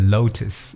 Lotus